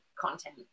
content